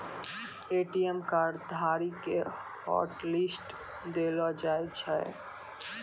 ATM card धारी के hotlist देलो जाय छै